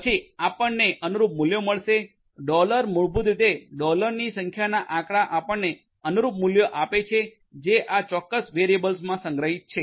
પછી આપણને અનુરૂપ મૂલ્યો મળશે ડોલર મૂળભૂત રીતે ડોલરની સંખ્યાના આંકડા આપણને અનુરૂપ મૂલ્ય આપે છે જે આ ચોક્કસ વેરિયેબલમાં સંગ્રહિત છે